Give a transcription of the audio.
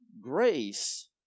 Grace